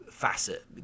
facet